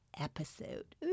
episode